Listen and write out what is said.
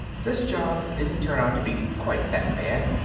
this job didn't turn out to be quite that bad.